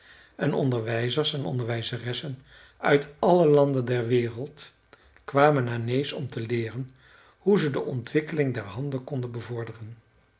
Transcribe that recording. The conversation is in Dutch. en onderwijzers en onderwijzeressen uit alle landen der wereld kwamen naar nääs om te leeren hoe ze de ontwikkeling der handen konden bevorderen